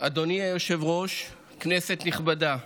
היושב-ראש, כנסת נכבדה,